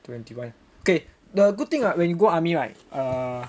twenty one okay the good thing ah when you go army right err